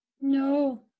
No